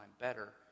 better